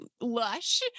lush